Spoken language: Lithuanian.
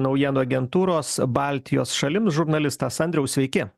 naujienų agentūros baltijos šalim žurnalistas andriau sveiki